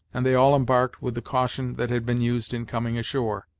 and they all embarked with the caution that had been used in coming ashore.